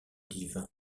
divin